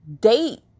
date